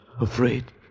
Afraid